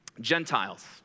Gentiles